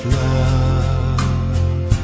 love